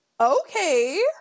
okay